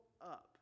up